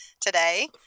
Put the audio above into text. today